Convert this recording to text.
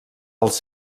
els